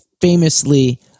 famously